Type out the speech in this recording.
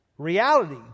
Reality